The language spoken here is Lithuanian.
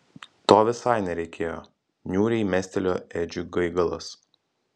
to visai nereikėjo niūriai mestelėjo edžiui gaigalas